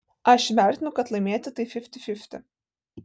aš vertinu kad laimėti tai fifty fifty